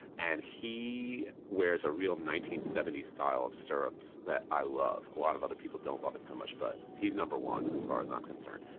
and he wears a real nineteen seventy s style of stirrups that i love. a lot of other people don't love it so much, but he's number one as far as i'm concerned.